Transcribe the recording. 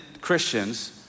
Christians